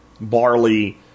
barley